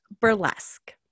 burlesque